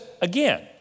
again